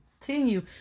continue